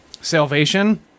salvation